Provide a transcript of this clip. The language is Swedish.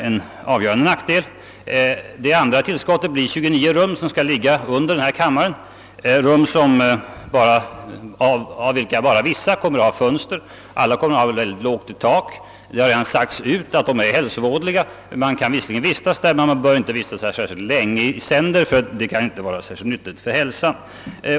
Det andra tillskottet blir 29 rum, som skall ligga under denna kammare och av vilka bara vissa kommer att förses med fönster. Alla rummen kommer att få lågt till tak. Det har redan sagts att de är hälsovådliga. Man kan visserligen vistas där men inte särskilt länge, eftersom det inte är nyttigt för hälsan.